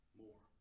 more